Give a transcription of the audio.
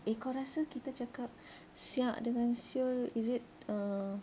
eh kau rasa kita cakap siak dengan [siol] is it ah